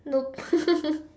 nope